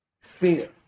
fear